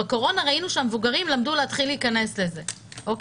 בקורונה ראינו שהמבוגרים למדו להיכנס לזה אבל